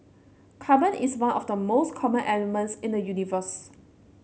carbon is one of the most common elements in the universe